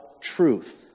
truth